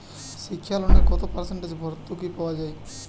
শিক্ষা লোনে কত পার্সেন্ট ভূর্তুকি পাওয়া য়ায়?